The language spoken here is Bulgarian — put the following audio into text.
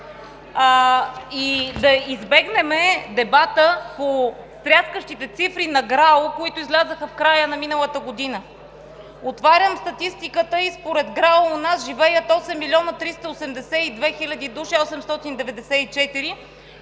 и да избегнем дебата по стряскащите цифри на ГРАО, които излязоха в края на миналата година. Отварям статистиката и според ГРАО у нас живеят 8 милиона 382 хиляди 894 души,